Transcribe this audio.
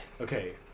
Okay